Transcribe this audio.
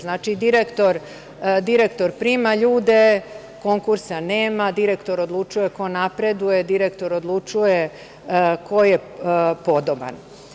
Znači, direktor prima ljude, konkursa nema, direktor odlučuje ko napreduje, direktor odlučuje ko je podoban.